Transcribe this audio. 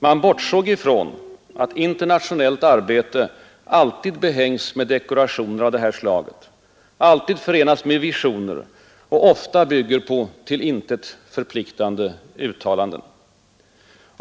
Man bortsåg från att internationellt arbete alltid behängs med dekorationer av det här slaget, alltid förenas med visioner och ofta bygger på till intet förpliktande uttalanden.